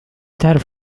تعرف